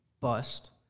Bust